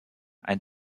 ein